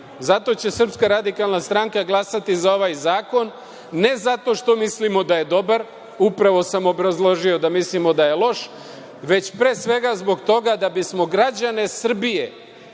zadovoljni. Zato će SRS glasati za ovaj zakon, ne zato što mislimo da je dobar, upravo sam obrazložio da mislimo da je loš, već pre svega zbog toga da bismo građane Srbije,